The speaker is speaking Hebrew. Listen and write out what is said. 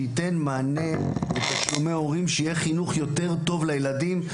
שייתן מענה לתשלומי הורים שיהיה חינוך יותר טוב לילדים.